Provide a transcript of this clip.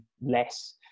less